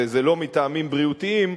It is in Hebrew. ולא מטעמים בריאותיים,